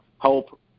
help